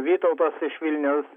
vytautas iš vilniaus